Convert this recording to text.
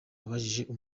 abajijwe